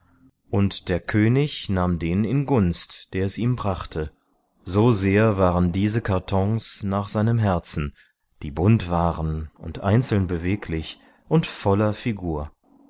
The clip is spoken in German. und der könig nahm den in gunst der es ihm brachte so sehr waren diese kartons nach seinem herzen die bunt waren und einzeln beweglich und voller figur